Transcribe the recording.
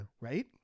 right